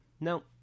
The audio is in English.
No